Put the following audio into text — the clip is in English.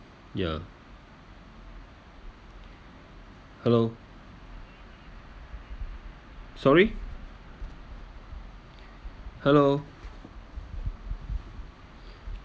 ya hello sorry hello